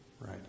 right